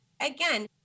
Again